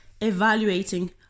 evaluating